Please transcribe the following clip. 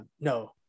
no